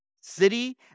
city